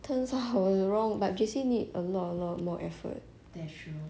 turns out I was wrong like J_C need a lot a lot more effort